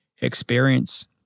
experience